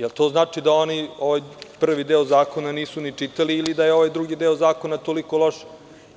Da li to znači da prvi deo zakona nisu ni čitali ili da je ovaj drugi deo zakona toliko loš